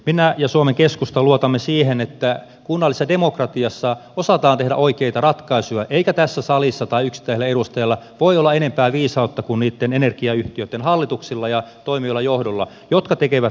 minä ja suomen keskusta luotamme siihen että kunnallisessa demokratiassa osataan tehdä oikeita ratkaisuja eikä tässä salissa tai yksittäisellä edustajalla voi olla enempää viisautta kuin niitten energiayhtiöitten hallituksilla ja toimivilla johdoilla jotka tekevät näitä päätöksiä